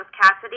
Cassidy